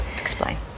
Explain